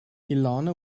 elena